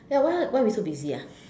ya why ah why we so busy ah